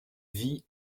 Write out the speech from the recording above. vit